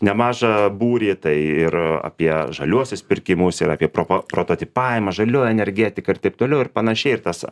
nemažą būrį tai ir apie žaliuosius pirkimus ir apie pro protatipavimą žalioji energetika ir taip toliau ir panašiai ir tas